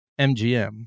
MGM